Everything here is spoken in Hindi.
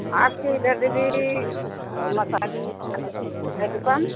आपके इधर दीदी मसाज का है दुकान